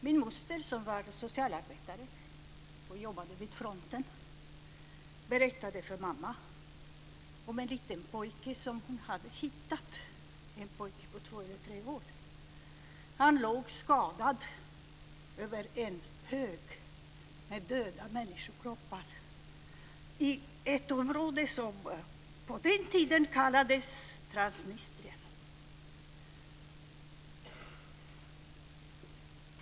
Min moster, som vara socialarbetare och jobbade nära fronten, berättade för mamma om en liten pojke som hon hade hittat, en pojke på två tre år. Han låg skadad över en hög döda människor någonstans i det område som på den tiden kallades Transnistrien.